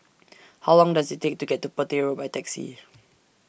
How Long Does IT Take to get to Petir Road By Taxi